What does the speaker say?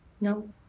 No